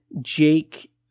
Jake